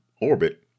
orbit